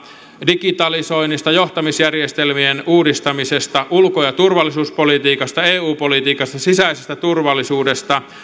digitalisoinnista johtamisjärjestelmien uudistamisesta ulko ja turvallisuuspolitiikasta eu politiikasta sisäisestä turvallisuudesta